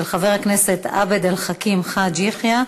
של חבר הכנסת עבד אל חכים חאג' יחיא.